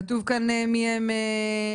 כתוב כאן מי הם החברים.